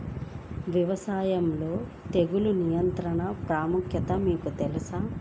వ్యవసాయంలో తెగుళ్ల నియంత్రణ ప్రాముఖ్యత మీకు తెలుసా?